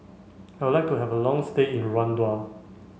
I would like to have a long stay in Rwanda